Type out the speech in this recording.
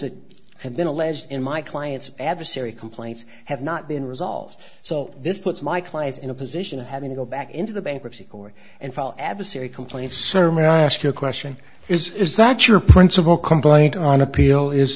that have been alleged in my client's adversary complaints have not been resolved so this puts my clients in a position of having to go back into the bankruptcy court and file adversary complaints sermon i ask you a question is is that your principal complaint on appeal is